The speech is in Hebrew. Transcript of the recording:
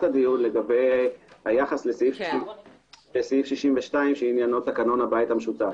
הדיון לגבי היחס לסעיף 62 שעניינו תקנון הבית המשותף.